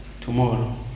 tomorrow